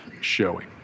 showing